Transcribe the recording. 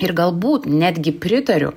ir galbūt netgi pritariu